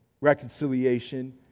reconciliation